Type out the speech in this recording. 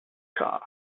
car